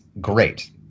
great